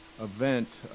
event